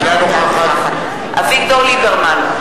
אינה נוכחת אביגדור ליברמן,